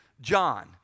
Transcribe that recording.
John